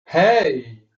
hey